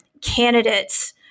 candidates